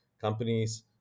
companies